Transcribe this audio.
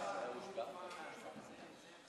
מתכבד לפתוח את ישיבת